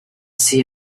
see